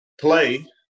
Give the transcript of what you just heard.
play